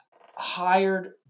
hired